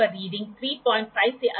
दूसरी तरफ आपके पास यह है